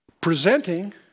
Presenting